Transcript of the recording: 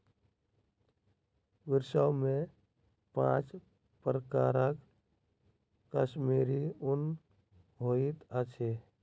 विश्व में पांच प्रकारक कश्मीरी ऊन होइत अछि